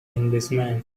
englishman